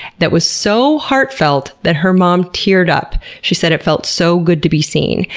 that was so heartfelt that her mom teared up. she said it felt so good to be seen,